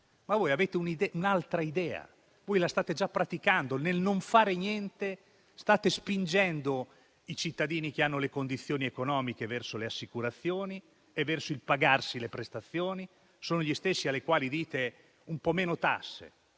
Voi avete però un'altra idea e la state già praticando: nel non fare niente state spingendo i cittadini che ne hanno le possibilità economiche verso le assicurazioni e il pagarsi le prestazioni. Sono gli stessi a cui dite un po' meno tasse,